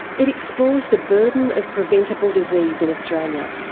it explores the burden of preventable disease in australia.